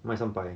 卖三百